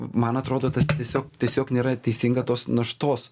man atrodo tas tiesiog tiesiog nėra teisinga tos naštos